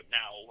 now